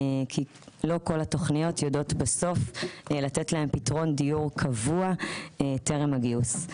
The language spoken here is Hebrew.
כי לא כל התוכניות יודעות בסוף לתת להם פתרון דיור קבוע טרם הגיוס.